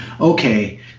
okay